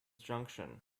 junction